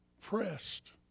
Pressed